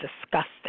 disgusting